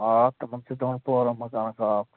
آ تِمَن چھِ دۄہن پورن مکانَس آب